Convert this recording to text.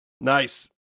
Nice